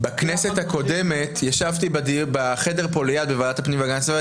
בכנסת הקודמת ישבתי בחדר פה ליד בוועדת הפנים והגנת הסביבה,